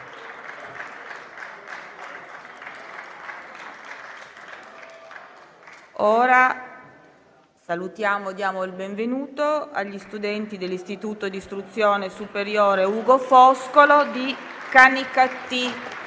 Salutiamo e diamo il benvenuto agli studenti dell'Istituto d'istruzione secondaria superiore «Ugo Foscolo» di Canicattì,